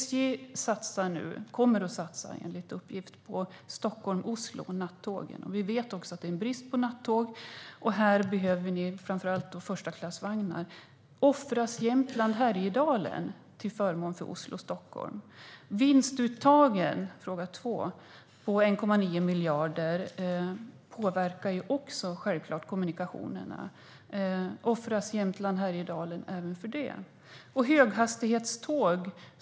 SJ kommer enligt uppgift att satsa på nattåg mellan Stockholm och Oslo. Vi vet att det är brist på nattåg, och det behövs framför allt förstaklassvagnar. Offras Jämtland och Härjedalen till förmån för Oslo och Stockholm? Den andra frågan gäller vinstuttagen på 1,9 miljarder. De påverkar självklart kommunikationerna. Offras Jämtland och Härjedalen även för dem? Den tredje frågan gäller höghastighetståg.